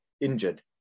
injured